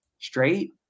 straight